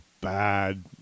bad